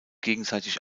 gegenseitig